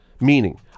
meaning